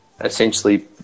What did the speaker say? essentially